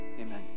Amen